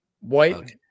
White